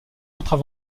autres